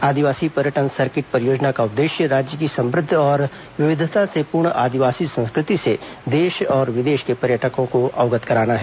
आदिवासी पर्यटन सर्किट परियोजना का उद्देश्य राज्य की समुद्ध और विविधता से पूर्ण आदिवासी संस्कृति से देश और विदेश के पर्यटकों को अवगत कराना है